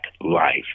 life